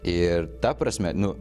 ir ta prasme nu